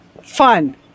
fun